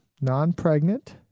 non-pregnant